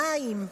מים,